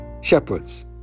shepherds